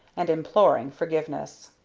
and imploring forgiveness.